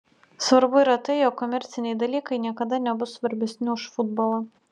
svarbu yra tai jog komerciniai dalykai niekada nebus svarbesni už futbolą